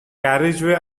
carriageway